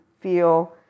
feel